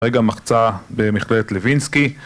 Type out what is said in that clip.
כרגע מרצה במכלת לוינסקי